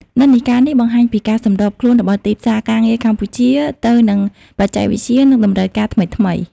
និន្នាការនេះបង្ហាញពីការសម្របខ្លួនរបស់ទីផ្សារការងារកម្ពុជាទៅនឹងបច្ចេកវិទ្យា និងតម្រូវការថ្មីៗ។